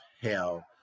hell